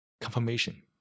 confirmation